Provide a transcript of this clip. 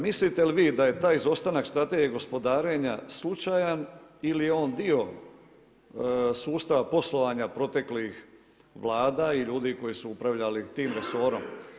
Mislite li vi da je taj izostanak strategije gospodarenja slučajan ili je on dio sustava poslovanja proteklih Vlada i ljudi koji su upravljali tim resorom?